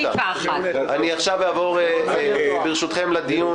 ברשותכם נעבור לדיון.